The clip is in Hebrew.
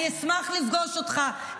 אני אשמח לפגוש אותך,